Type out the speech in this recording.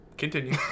Continue